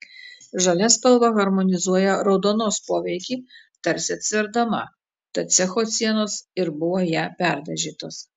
žalia spalva harmonizuoja raudonos poveikį tarsi atsverdama tad cecho sienos ir buvo ja perdažytos